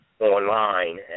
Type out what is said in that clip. online